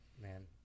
Man